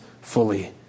fully